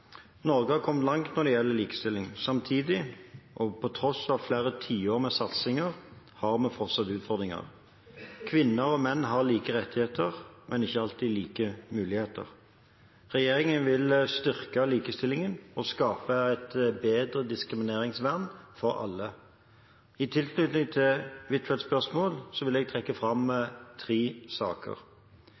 Norge har kommet langt når det gjelder likestilling. Samtidig – og på tross av flere tiår med satsinger – har vi fortsatt utfordringer. Kvinner og menn har like rettigheter, men ikke alltid like muligheter. Regjeringen vil styrke likestillingen og skape et bedre diskrimineringsvern for alle. I tilknytning til Huitfeldts spørsmål vil jeg trekke fram tre saker: